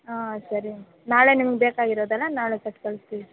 ಹಾಂ ಸರಿ ನಾಳೆ ನಿಮಗೆ ಬೇಕಾಗಿರೋದಲ್ಲಾ ನಾಳೆ ಕೊಟ್ಕಳ್ಸ್ತೀವಿ